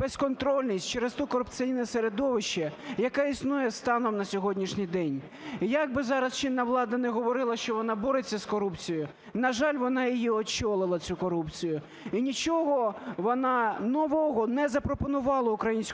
безконтрольність, через те корупційне середовище, яке існує станом на сьогоднішній день. Як би зараз чинна влада не говорила, що вона бореться з корупцією, на жаль, вона її очолила, цю корупцію, і нічого вона нового не запропонувала українському суспільству